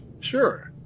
Sure